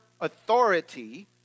authority